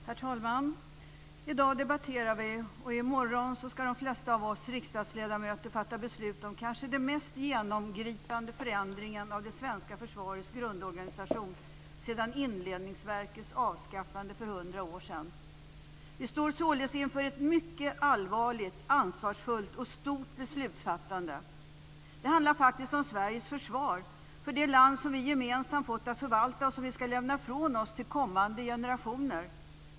Herr talman! I dag debatterar vi, och i morgon ska de flesta av oss riksdagsledamöter fatta beslut om kanske den mest genomgripande förändringen av det svenska försvarets grundorganisation sedan Indelningsverkets avskaffande för 100 år sedan. Vi står således inför ett mycket allvarligt, ansvarsfullt och stort beslutsfattande. Det handlar faktiskt om Sveriges försvar för det land vi gemensamt fått att förvalta och som vi ska lämna ifrån oss till kommande generationer.